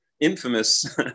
infamous